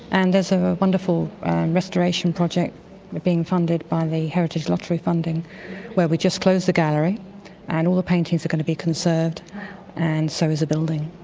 and there's a wonderful restoration project being funded by the heritage lottery funding where we just close the gallery and all the paintings are going to be conserved and so is the building.